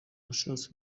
nashatse